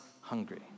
hungry